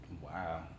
Wow